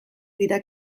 dira